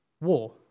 war